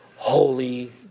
Holy